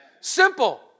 Simple